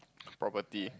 property